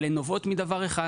אבל הן נובעות מדבר אחד